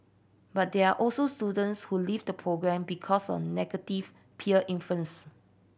but there also students who leave the programme because of negative peer influence